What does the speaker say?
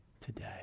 today